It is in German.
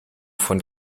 von